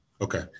Okay